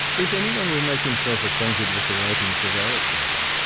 if anyone will make himself acquainted with the writings of aristotle,